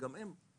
שגם הם באתרים,